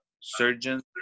Surgeons